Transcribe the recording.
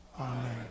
Amen